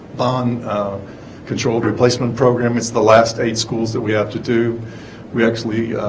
bond control replacement program it's the last eight schools that we have to do we actually